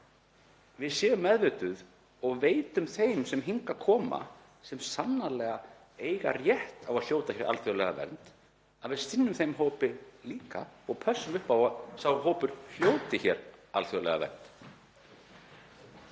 við séum meðvituð og veitum þeim sem hingað koma og sannarlega eiga rétt á að hljóta hér alþjóðlega vernd, að við sinnum þeim hópi líka og pössum upp á að sá hópur hljóti hér alþjóðlega vernd.